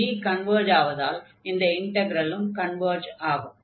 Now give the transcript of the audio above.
g converge ஆவதால் இந்த இன்டக்ரலும் கன்வர்ஜ் ஆகும்